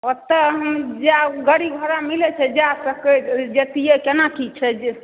ओतऽ हम गाड़ी घोड़ा मिलै छै जयतियै केना की छै